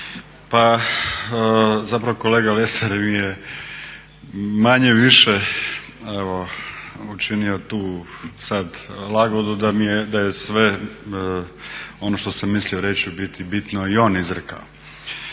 Pa zapravo kolega Lesar mi je manje-više evo učinio tu sad lagodu da je sve ono što sam mislio reći u biti bitno i on izrekao.